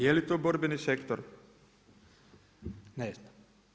Je li to borbeni sektor, ne znam?